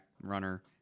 runner